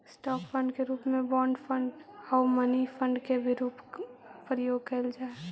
stock fund के रूप में बॉन्ड फंड आउ मनी फंड के भी प्रयोग कैल जा हई